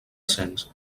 cens